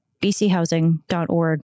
bchousing.org